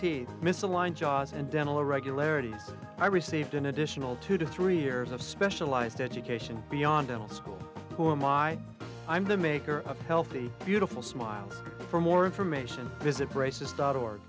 teeth misaligned jaws and dental regularities i received an additional two to three years of specialized education beyond dental school oh my i'm the maker of healthy beautiful smiles for more information visit braces dot org